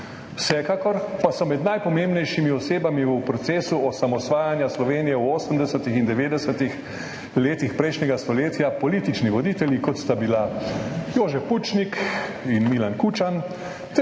vsekakor pa so med najpomembnejšimi osebami v procesu osamosvajanja Slovenije v 80. in 90. letih prejšnjega stoletja politični voditelji, kot sta bila Jože Pučnik in Milan Kučan,